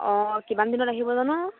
অঁ কিমান দিনত আহিব জানো